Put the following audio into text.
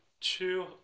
two